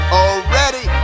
already